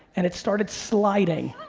and it started sliding.